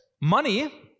money